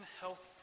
health